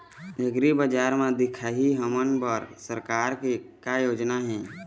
एग्रीबजार म दिखाही हमन बर सरकार के का योजना हे?